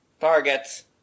targets